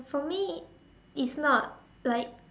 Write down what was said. for me it's not like